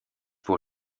pour